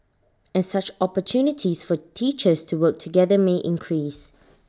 and such opportunities for teachers to work together may increase